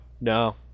No